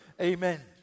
Amen